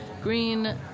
green